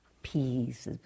Peace